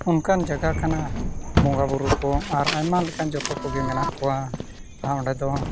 ᱚᱱᱠᱟᱱ ᱡᱟᱭᱜᱟ ᱠᱟᱱᱟ ᱵᱚᱸᱜᱟᱼᱵᱩᱨᱩ ᱠᱚ ᱟᱨ ᱟᱭᱢᱟ ᱞᱮᱠᱟᱱ ᱡᱚᱛᱚ ᱠᱚᱜᱮ ᱢᱮᱱᱟᱜ ᱠᱚᱣᱟ ᱟᱨ ᱚᱸᱰᱮ ᱫᱚ